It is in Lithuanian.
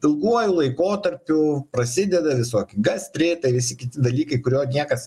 ilguoju laikotarpiu prasideda visokie gastritai visi kiti dalykai kurio niekas